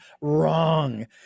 wrong